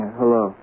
hello